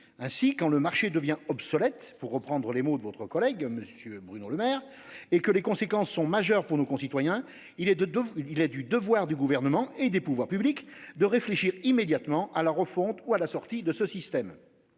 Ainsi, quand le marché devient obsolète, pour reprendre les mots de votre collègue Bruno Le Maire, et que les conséquences sont majeures pour nos concitoyens, il est du devoir du Gouvernement et des pouvoirs publics de réfléchir immédiatement à la refonte ou à la sortie de ce système.